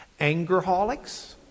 Angerholics